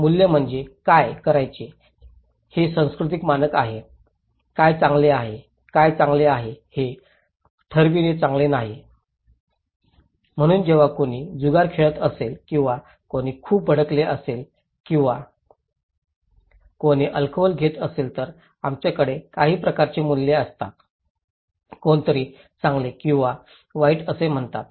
मूल्ये म्हणजे काय करायचे हे संस्कृती मानक आहे काय चांगले आहे काय चांगले आहे हे ठरविणे चांगले नाही म्हणून जेव्हा कोणी जुगार खेळत असेल किंवा कोणी खूप भडकले असेल किंवा कोणी अल्कोहोल घेत असेल तर आपल्याकडे काही प्रकारची मूल्ये असतात कोणीतरी चांगले किंवा वाईट असे म्हणतात